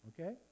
Okay